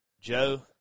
Joe